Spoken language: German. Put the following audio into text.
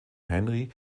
henry